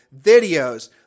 Videos